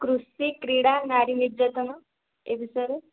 କୃଷି କ୍ରୀଡ଼ା ନାରୀ ନିର୍ଯାତନା ଏ ବିଷୟରେ